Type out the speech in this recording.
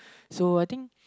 so I think